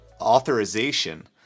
authorization